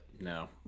No